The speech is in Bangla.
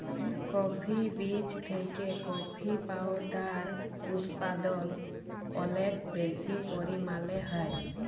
কফি বীজ থেকে কফি পাওডার উদপাদল অলেক বেশি পরিমালে হ্যয়